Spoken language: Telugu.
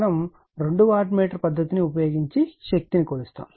మేము 2 వాట్ మీటర్ పద్ధతిని ఉపయోగించి శక్తిని కొలుస్తాము